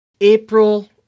April